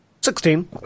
Sixteen